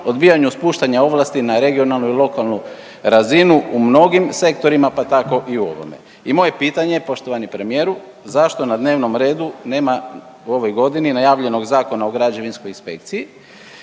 odbijanju spuštanja ovlasti na regionalnu i lokalnu razinu u mnogim sektorima pa tako i u ovome. I moje pitanje poštovani premijeru zašto na dnevnom redu nema u ovoj godini najavljenog Zakona o građevinskoj inspekciji